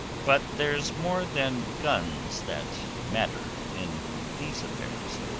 but there's more than guns that matter in these affairs.